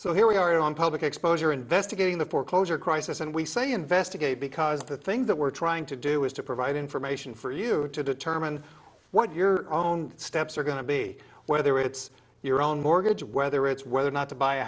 so here we are on public exposure investigating the foreclosure crisis and we say investigate because the thing that we're trying to do is to provide information for you to determine what your own steps are going to be whether it's your own mortgage whether it's whether or not to buy a